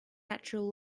natural